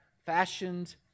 fashioned